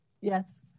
yes